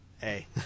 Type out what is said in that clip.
Hey